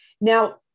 Now